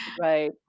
right